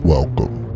Welcome